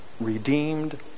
redeemed